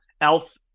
elf